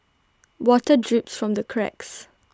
water drips from the cracks